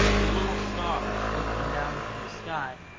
the little stars, looking down from the sky,